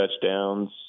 touchdowns